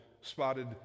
spotted